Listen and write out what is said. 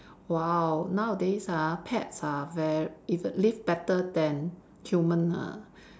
!wow! nowadays ah pets are ver~ even live better than human ah